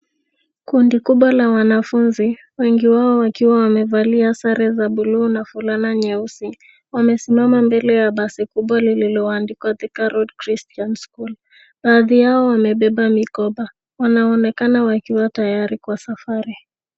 Kundi kubwa la wanafunzi wengi wao wakiwa wamevalia sare za buluu na fulana nyeusi wamesimama mbele ya basi kubwa lililoandikwa thika road christian school baadhi yao wamebeba mikoba wanaonekana wakiwa tayari kwa safari.